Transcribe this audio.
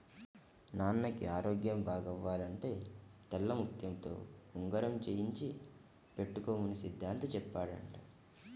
నాన్నకి ఆరోగ్యం బాగవ్వాలంటే తెల్లముత్యంతో ఉంగరం చేయించి పెట్టుకోమని సిద్ధాంతి చెప్పాడంట